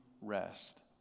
rest